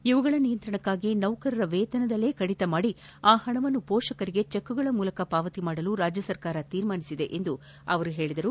ಇವುಗಳ ನಿಯಂತ್ರಣಕ್ನಾಗಿ ನೌಕರರ ವೇತನದಲ್ಲಿ ಕಡಿತ ಮಾಡಿ ಆ ಹಣವನ್ನು ಪೋಷಕರಿಗೆ ಚೆಕ್ ಮೂಲಕ ಪಾವತಿಸಲು ರಾಜ್ಯ ಸರ್ಕಾರ ತೀರ್ಮಾನಿಸಿದೆ ಎಂದು ಅವರು ಹೇಳಿದರು